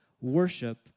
Worship